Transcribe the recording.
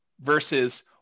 versus